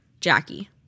Jackie